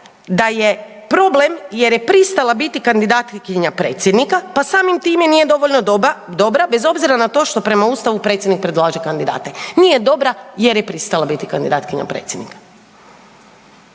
da je problem jer je pristala biti kandidatkinja predsjednika pa samim time nije dovoljno dobra, bez obzira na to što prema Ustavu predsjednik predlaže kandidate, nije dobra jer je pristala biti kandidatkinja predsjednika.